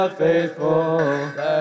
faithful